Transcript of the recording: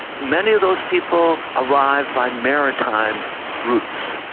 many of those people arrived by maritime routes,